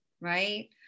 Right